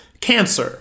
cancer